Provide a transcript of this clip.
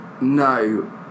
No